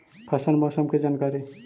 फसल मौसम के जानकारी?